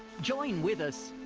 join with us!